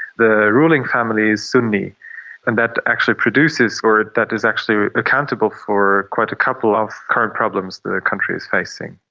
the ruling family is sunni and that actually produces, or that is actually accountable for quite a couple of current problems the country is facing.